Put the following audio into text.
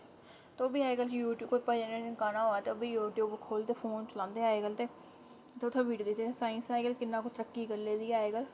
तो बी अज्जकल यूट्यूब उप्पर कोई भजन गाना होऐ ते ओह् बी यूट्यूब खो'ल्लदे फोन चलांदे अज्जकल ते उत्थें वीडियो दिक्खदे साइंस ने अज्जकल कि'न्ना कुछ तरक्की करी लेई दी ऐ अज्जकल